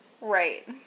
Right